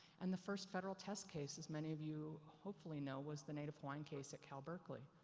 and the first federal test case as many of you hopefully know, was the native hawaiian case at cal berkley.